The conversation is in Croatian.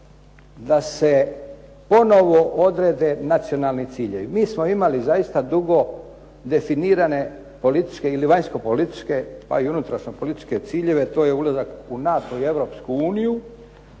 da se ponovo odrede nacionalni ciljevi. Mi smo imali zaista dugo definirane političke ili vanjsko-političke pa i unutrašnjo-političke ciljeve, to je ulazak u NATO i